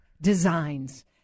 designs